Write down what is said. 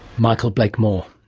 michael blakemore.